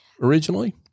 originally